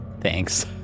Thanks